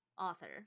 author